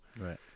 Right